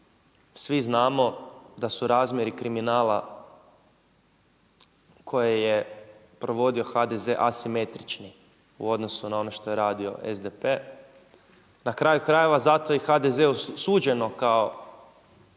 svi znamo da su razmjeri kriminala koje je provodio HDZ asimetrični u odnosu na ono što je radio SDP, na kraju krajeva zato i HDZ-u suđeno kao